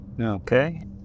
Okay